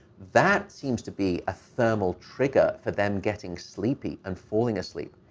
that seems to be a thermal trigger for them getting sleepy and falling asleep.